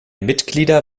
mitglieder